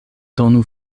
donu